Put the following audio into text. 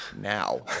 now